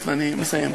אם הוא לא יגיע --- או,